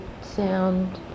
sound